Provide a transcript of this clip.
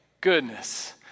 Goodness